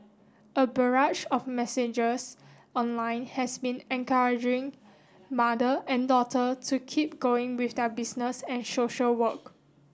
a barrage of messages online has been encouraging mother and daughter to keep going with their business and social work